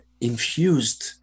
infused